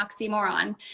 oxymoron